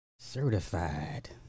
certified